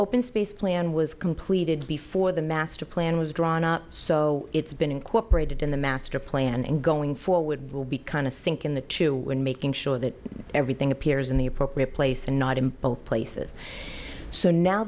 open space plan was completed before the master plan was drawn up so it's been incorporated in the master plan and going forward will be kind of sink in the to when making sure that everything appears in the appropriate place and not in both places so now